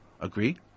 agree